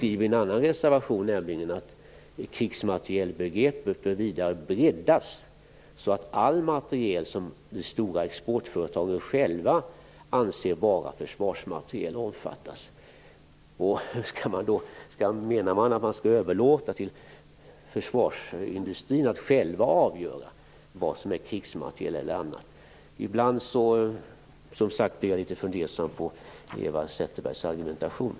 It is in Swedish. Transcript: I en annan reservation skriver hon nämligen att krigsmaterielbegreppet vidare bör breddas, så att all materiel som de stora exportföretagen själva anser vara försvarsmateriel omfattas. Menar hon att man skall överlåta till försvarsindustrin att själv avgöra vad som är krigsmateriel eller annat? Ibland blir jag fundersam över Eva Zetterbergs argumentation.